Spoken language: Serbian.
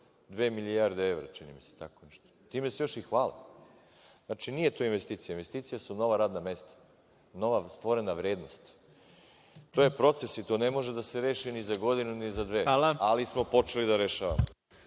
milijarde evra, čini mi se tako nešto. Time se još i hvale. Znači, nije to investicija, investicija su nova rada mesta. Nova stvorena vrednost. To je proces i to ne može da se reši ni za godinu ni za dve. Ali, smo počeli da rešavamo.